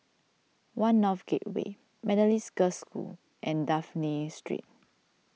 one North Gateway Methodist Girls' School and Dafne Street